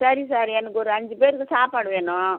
சரி சார் எனக்கொரு அஞ்சு பேருக்கு சாப்பாடு வேணும்